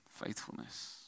Faithfulness